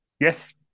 Yes